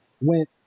went